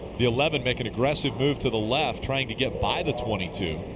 the eleven make an aggressive move to the left trying to get by the twenty two.